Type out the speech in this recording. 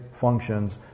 functions